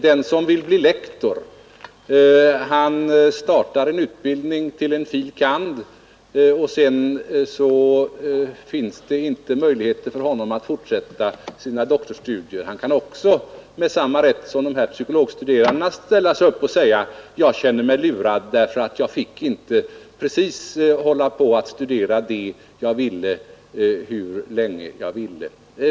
Den som vill bli lektor och startar utbildning till filosofie kandidatexamen men sedan inte får möjlighet att fortsätta med doktorsstudier kan också med samma rätt som dessa psykologistuderande ställa sig upp och säga: Jag känner mig lurad därför att jag inte fick hålla på att studera det jag ville så länge jag ville.